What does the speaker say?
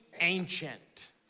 ancient